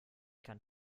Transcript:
kann